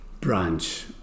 branch